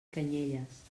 canyelles